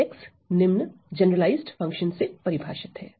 H निम्न generalised function से परिभाषित है